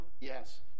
Yes